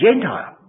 Gentile